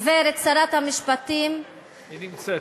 גברתי שרת המשפטים --- היא נמצאת.